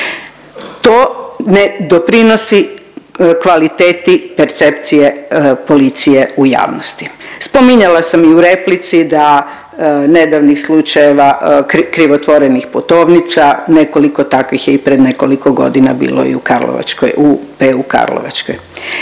To ne doprinosi kvaliteti percepcije policije u javnosti. Spominjala sam i u replici da nedavnih slučajeva krivotvorenih putovnica, nekoliko takvih je i pred nekoliko godina bilo i u karlovačkoj, i u PU karlovačkoj